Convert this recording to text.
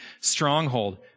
stronghold